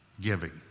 giving